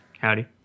Howdy